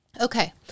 Okay